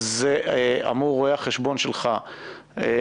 את זה אמור רואי החשבון שלך לדעת.